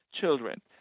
children